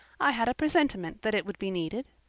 i had a presentiment that it would be needed.